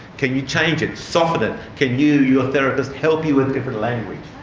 can you change it, soften it? can you, your therapist help you with different language?